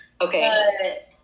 Okay